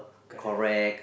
correct